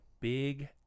big